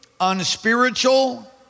unspiritual